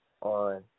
on